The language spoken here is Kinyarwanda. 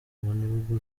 nibwo